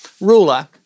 ruler